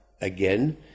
again